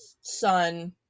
son